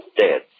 dead